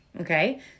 Okay